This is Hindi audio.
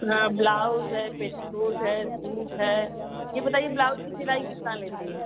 हाँ ब्लाउज है पेटीकोट है सूट है यह बताइए ब्लाउज की सिलाई कितना लेती हैं